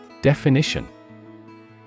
Definition